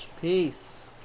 Peace